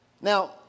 now